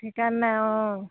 সেইকাৰণ নে অঁ